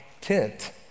tent